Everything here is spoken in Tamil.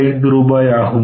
675 ரூபாய் ஆகும்